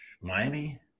Miami